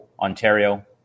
Ontario